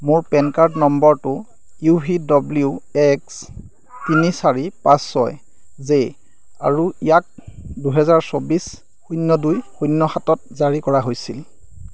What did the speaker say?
মোৰ PAN card নম্বৰটো U V W X তিনি চাৰি পাঁচ ছয় জে আৰু ইয়াক দুহেজাৰ চৌবিছ শূন্য দুই শূন্য সাতত জাৰী কৰা হৈছিল